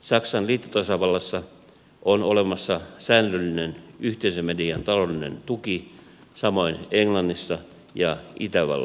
saksan liittotasavallassa on olemassa säännöllinen yhteisömedian taloudellinen tuki samoin englannissa ja itävallassa